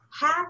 half